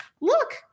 look